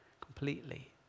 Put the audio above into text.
completely